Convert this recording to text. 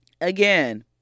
again